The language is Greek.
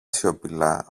σιωπηλά